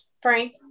Frank